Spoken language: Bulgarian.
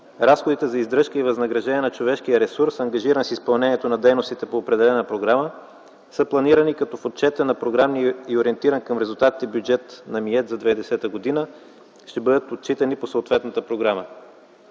разходите за издръжка и възнаграждение на човешкия ресурс, ангажиран с изпълнението на дейностите по определена програма, са планирани, като в отчета на програмния и ориентиран към резултатите бюджет на министерството за 2010 г. ще бъдат отчитани по съответната програма.